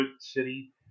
city